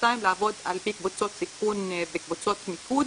שנתיים לעבוד על פי קבוצות סיכון וקבוצות מיקוד,